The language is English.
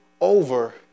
over